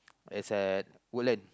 it's at Woodland